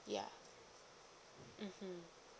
ya mmhmm